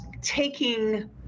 taking